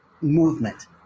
movement